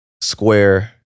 Square